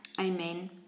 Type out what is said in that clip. Amen